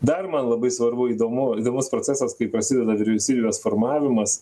dar man labai svarbu įdomu įdomus procesas kai prasideda vyriausybės formavimas